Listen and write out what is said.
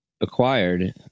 acquired